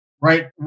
right